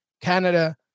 Canada